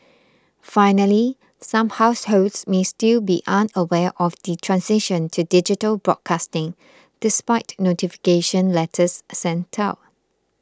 finally some households may still be unaware of the transition to digital broadcasting despite notification letters sent out